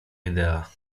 idea